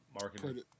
marketing